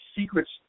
secrets